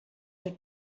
had